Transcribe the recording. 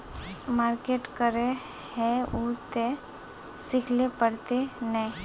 Market करे है उ ते सिखले पड़ते नय?